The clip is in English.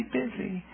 busy